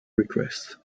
requests